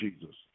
Jesus